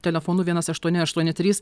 telefonu vienas aštuoni aštuoni trys